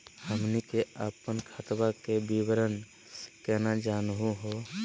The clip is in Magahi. हमनी के अपन खतवा के विवरण केना जानहु हो?